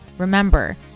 Remember